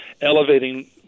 elevating